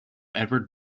edward